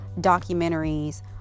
documentaries